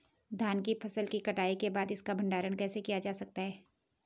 धान की फसल की कटाई के बाद इसका भंडारण कैसे किया जा सकता है?